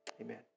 Amen